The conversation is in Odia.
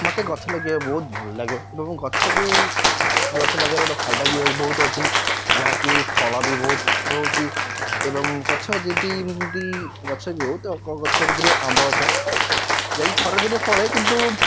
ମୋତେ ଗଛ ଲଗାଇବାକୁ ବହୁତ ଭଲ ଲାଗେ ଏବଂ ଗଛ ବି ଗଛ ଲଗେଇବାର ଗୋଟେ ଫାଇଦା ବି ବହୁତ ଅଛି ଯାହାକି ଫଳ ବି ବହୁତ ଦେଉଛି ଏବଂ ଗଛ ଯେଦି ଏମିତି ଗଛ ବି ହେଉ ତ ଗଛ ଭିତରୁ ଆମ୍ବ ଗଛ ଯାହାକି ଖରାଦିନରେ ଫଳେ କିନ୍ତୁ